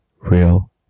real